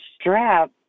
strap